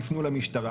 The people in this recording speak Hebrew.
תפנו למשטרה'